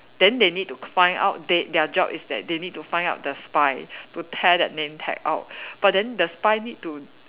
then they need to find out they their job is that they need to find out the spy to tear their name tag out but then the spy need to